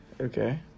Okay